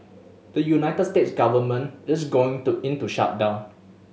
the United States government is going to into shutdown